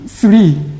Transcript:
Three